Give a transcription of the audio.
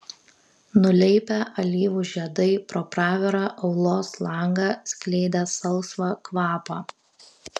nuleipę alyvų žiedai pro pravirą aulos langą skleidė salsvą kvapą